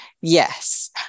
yes